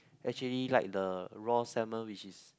actually like the raw salmon which is